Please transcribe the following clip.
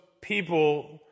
people